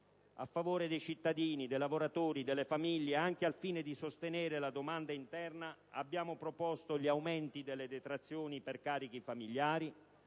A favore dei cittadini, dei lavoratori, delle famiglie, anche al fine di sostenere la domanda interna, abbiamo proposto: gli aumenti delle detrazioni per carichi familiari;